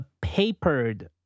papered